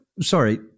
sorry